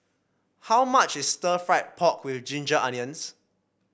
how much is Stir Fried Pork with Ginger Onions